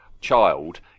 child